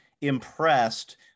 impressed